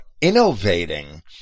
innovating